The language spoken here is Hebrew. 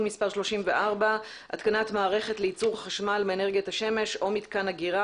מס' 34) (התקנת מערכת לייצור חשמל מאנרגיית השמש או מיתקן אגירה,